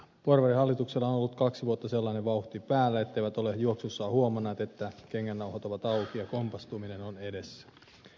porvarihallituksella on ollut kaksi vuotta sellainen vauhti päällä ettei se ole juoksussaan huomannut että kengännauhat ovat auki ja kompastuminen on edessä